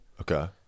Okay